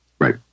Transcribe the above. Right